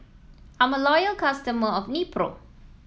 I'm a loyal customer of Nepro